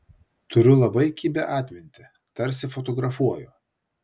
turiu labai kibią atmintį tarsi fotografuoju